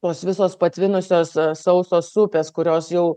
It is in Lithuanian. tos visos patvinusios sausos upės kurios jau